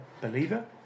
believer